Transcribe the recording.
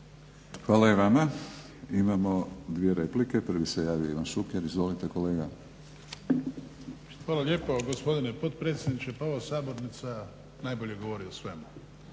Hvala i vama. Imamo dvije replike. Prvi se javio Ivan Šuker. Izvolite kolega. **Šuker, Ivan (HDZ)** Hvala lijep gospodine potpredsjedniče. Pa ova sabornica najbolje govori o svemu.